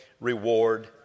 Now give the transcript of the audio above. reward